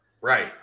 Right